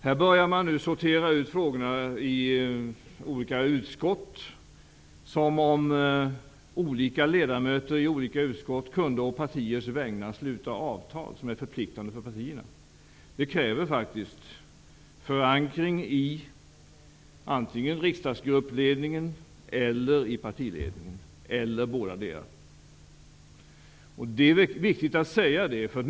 Här börjar man nu sortera frågorna på olika utskott som om olika ledamöter i olika utskott kunde sluta avtal å partiers vägnar som är förpliktande för partierna. Sådana avtal kräver förankring i ledningen för riksdagsgruppen eller i partiledningen eller bådadera. Det är viktigt att säga det här.